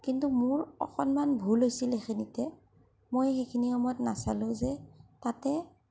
কিন্তু মোৰ অকণমান ভুল হৈছিল সেইখিনিতে মই সেইখিনি সময়ত নাচালো যে তাতে